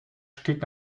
steht